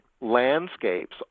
landscapes